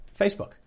Facebook